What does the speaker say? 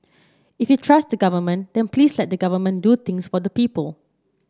if you trust the Government then please let the Government do things for the people